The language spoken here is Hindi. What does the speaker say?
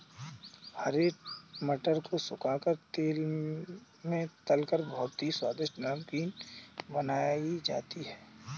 हरे मटर को सुखा कर तेल में तलकर बहुत ही स्वादिष्ट नमकीन बनाई जाती है